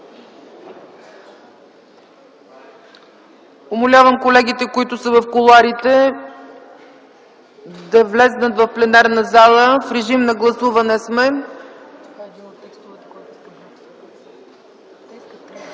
Умолявам колегите, които са в кулоарите, да влязат в пленарната зала, в режим на гласуване сме.